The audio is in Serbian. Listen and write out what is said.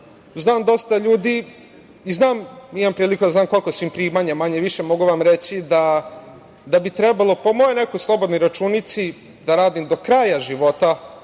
Znam dosta ljudi i imam priliku da znam kolika su im primanja, manje-više, mogu vam reći da bi trebalo, po nekoj mojoj slobodnoj računici, da radim do kraja života